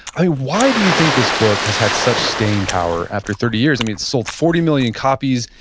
ah why do you think this book has had such staying power after thirty years? it sold forty million copies.